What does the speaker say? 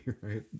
right